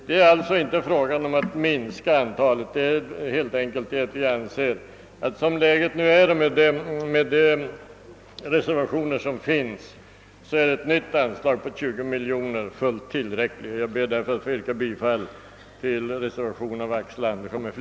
Det är alltså inte fråga om att minska antalet utan helt enkelt om att ett anslag på 20 miljoner är fullt tillräckligt i det läge som nu är och med de reservationer som finns. Jag ber därför att få yrka bifall till reservationen av herr Axel Andersson mi. fl;